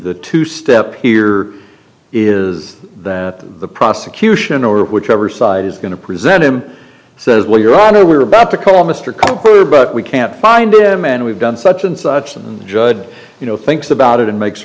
the two step here is that the prosecution or whichever side is going to present him says well your honor we're about to call mr cooper but we can't find him and we've done such and such and judge you know thinks about it and makes